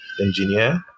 engineer